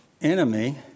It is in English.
enemy